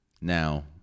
Now